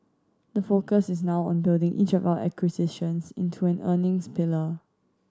the focus is now on building each of our acquisitions into an earnings pillar